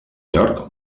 york